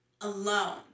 alone